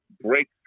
break